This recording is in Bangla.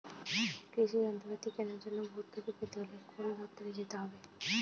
কৃষি যন্ত্রপাতি কেনার জন্য ভর্তুকি পেতে হলে কোন দপ্তরে যেতে হবে?